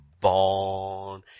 born